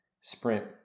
sprint